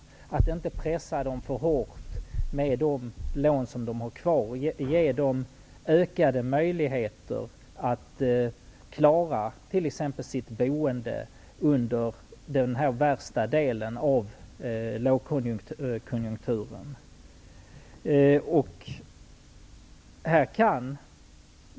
Man bör inte pressa kunderna för hårt när det gäller de lån som de har kvar, och man bör ge dem ökade möjligheter att klara av t.ex. sitt boende under den värsta lågkonjunkturen.